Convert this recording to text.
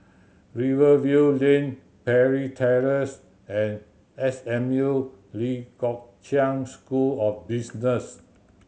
Rivervale Lane Parry Terrace and S M U Lee Kong Chian School of Business